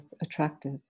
attractive